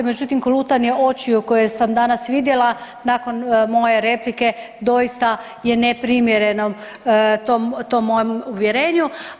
Međutim, kolutanje očiju koje sam danas vidjela nakon moje replike doista je neprimjereno tom mojem uvjerenju.